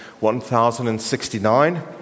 1069